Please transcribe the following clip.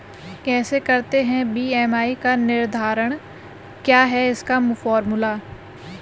कैसे करते हैं बी.एम.आई का निर्धारण क्या है इसका फॉर्मूला?